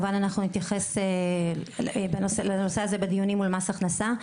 כמובן אנחנו נתייחס לזה בדיונים מול מס הכנסה,